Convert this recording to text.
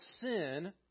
sin